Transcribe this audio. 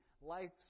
life